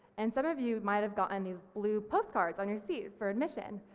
and some of you might have gotten these blue post cards on your seat for admission,